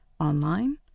Online